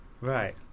right